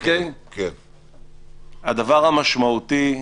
הדבר המשמעותי,